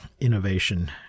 innovation